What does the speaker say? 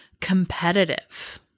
competitive